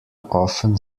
often